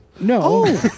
No